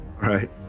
Right